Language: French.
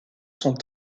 sont